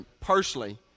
Personally